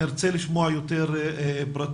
נרצה לשמוע יותר פרטים.